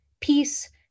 peace